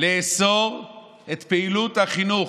לאסור את פעילות החינוך.